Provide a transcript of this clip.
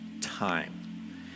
time